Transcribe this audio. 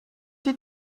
die